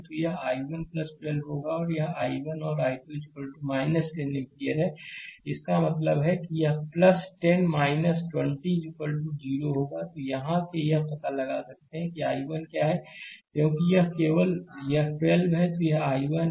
तो यह I1 12 होगा और यह I1 और I2 10 एम्पीयर है इसका मतलब है यह 10 20 0 होगा यहां से यह पता लगा सकते हैं I1 क्या है क्योंकि यह केवल यह 12 है तो यह I1 है